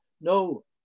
no